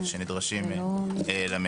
תחומים שנדרשים למשק.